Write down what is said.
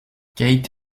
kate